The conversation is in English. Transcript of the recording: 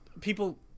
people